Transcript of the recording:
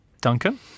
Duncan